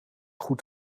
goed